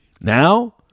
Now